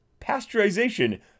Pasteurization